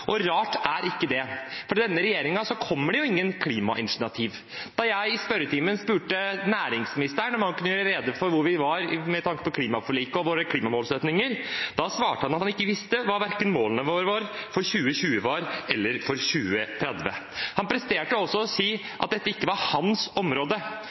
er ikke rart, for fra denne regjeringen kommer det ingen klimainitiativ. Da jeg i spørretimen spurte næringsministeren om han kunne gjøre rede for hvor vi var med tanke på klimaforliket og våre klimamålsettinger, svarte han at han ikke visste hva målene våre var for verken 2020 eller 2030. Han presterte også å si at dette ikke var hans område.